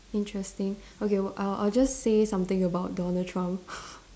interesting okay I'll I'll just say something about Donald Trump